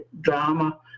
drama